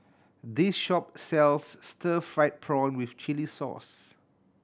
this shop sells stir fried prawn with chili sauce